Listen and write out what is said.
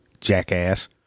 Jackass